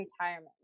retirement